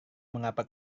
mengapa